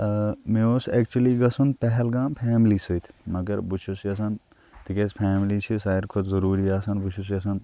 مےٚ اوس اٮ۪کچُلی گژھُن پہلگام فیملی سۭتۍ مگر بہٕ چھُس یژھان تِکیازِ فیملی چھِ ساروی کھۄتہٕ ضروٗری آسان بہٕ چھُس یَژھان